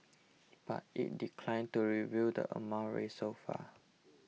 but it declined to reveal the amount raised so far